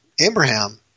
Abraham